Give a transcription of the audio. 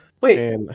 Wait